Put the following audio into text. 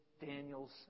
Daniel's